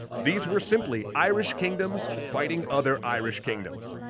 these were simply irish kingdoms, fighting other irish kingdoms.